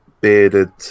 bearded